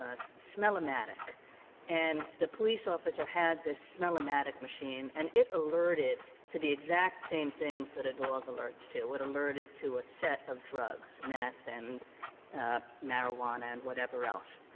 smell-o-matic and the police officer had this smell-o-matic machine, and it alerted to the exact same things that a dog alerts to, it alerted to a set of drugs, meth and marijuana and whatever else,